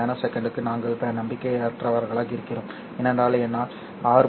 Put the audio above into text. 8 ns க்கு நாங்கள் நம்பிக்கையற்றவர்களாக இருக்கிறோம் ஏனென்றால் என்னால் 6